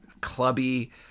clubby